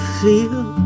feel